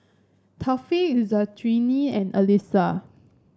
Taufik Zulkarnain and Alyssa